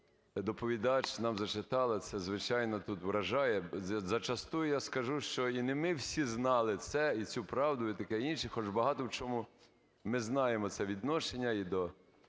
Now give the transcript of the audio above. доповідач нам зачитала, це, звичайно, тут вражає. Зачастую, я скажу, що і не ми всі знали це і цю правду, і таке інше, хоч багато в чому ми знаємося. Відношення і до